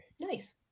Nice